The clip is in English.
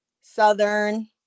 Southern